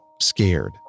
scared